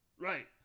Right